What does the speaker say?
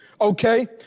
okay